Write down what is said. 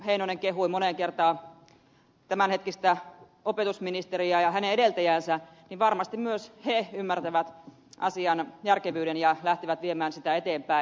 heinonen kehui moneen kertaan tämänhetkistä opetusministeriä ja hänen edeltäjäänsä niin varmasti myös he ymmärtävät asian järkevyyden ja lähtevät viemään sitä eteenpäin